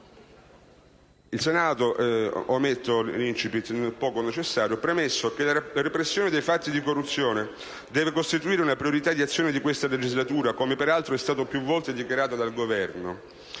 del giorno, omesso l'*incipit*, prevede che il Senato: «Premesso: che la repressione dei fatti di corruzione deve costituire una priorità di azione di questa legislatura, come peraltro è stato più volte dichiarato dal Governo;